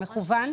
מקוון?